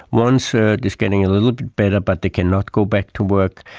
one-third is getting a little bit better but they cannot go back to work.